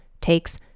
takes